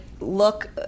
look